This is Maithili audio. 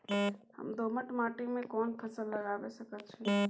हम दोमट माटी में कोन फसल लगाबै सकेत छी?